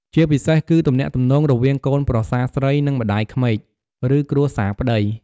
ជាពិសេសគឺទំនាក់ទំនងរវាងកូនប្រសារស្រី និងម្តាយក្មេក ឬគ្រួសារប្តី។